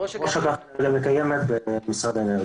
אגף אנרגיה מקיימת במשרד האנרגיה.